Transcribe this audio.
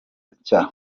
nshya